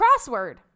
crossword